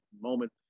moment